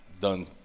done